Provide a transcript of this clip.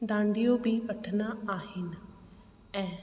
डांडियो बि वठंदा आहिनि ऐं